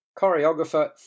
Choreographer